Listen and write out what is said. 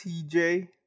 TJ